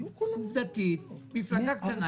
עובדתית מפלגה קטנה,